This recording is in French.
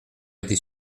été